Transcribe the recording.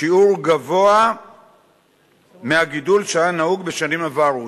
שיעור גבוה מהגידול שהיה נהוג בשנים עברו.